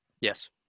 Yes